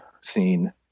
scene